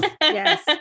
Yes